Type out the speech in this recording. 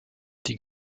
die